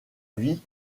vie